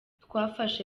twafashe